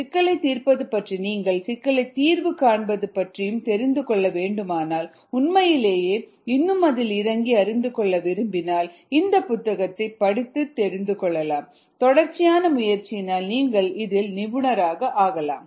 சிக்கலைத் தீர்ப்பது பற்றி நீங்கள் சிக்கலை தீர்வு காண்பது பற்றி தெரிந்து கொள்ள விரும்பினால் உண்மையிலேயே இன்னும் அதில் இறங்கி அறிந்து கொள்ள விரும்பினால் இந்த புத்தகத்தைப் படித்து தெரிந்து கொள்ளலாம் தொடர்ச்சியான முயற்சியினால் நீங்கள் இதில் நிபுணர் ஆகலாம்